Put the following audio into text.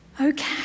okay